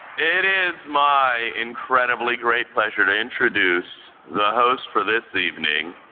it is my incredibly great pleasure to introduce the host for this evening,